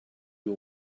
you